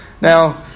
Now